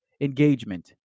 engagement